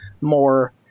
more